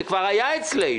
זה כבר היה אצלנו